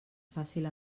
fàcil